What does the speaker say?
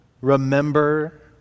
remember